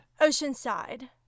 oceanside